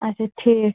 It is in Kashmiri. آچھا ٹھیٖک